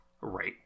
Right